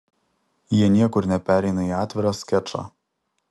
jie niekur nepereina į atvirą skečą